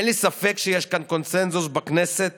אין לי ספק שיש כאן קונסנזוס בכנסת